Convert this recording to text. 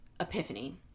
epiphany